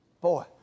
Boy